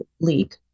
league